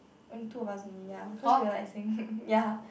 only two of us only ya cause we were like saying ya